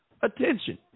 attention